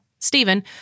Stephen